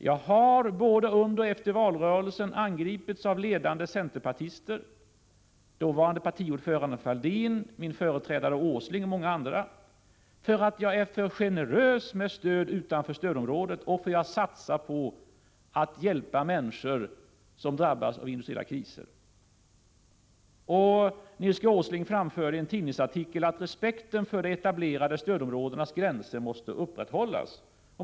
Jag har både under valrörelsen och därefter angripits av ledande centerpartister — av dåvarande partiordföranden Fälldin, av min företrädare Nils G. Åsling och många andra — för att jag skulle vara för generös med stöd utanför stödområdena och för att jag satsar på att hjälpa människor som drabbas av industriella kriser. Nils G. Åsling anförde i en tidningsartikel att respekten för de etablerade stödområdenas gränser måste upprätthållas.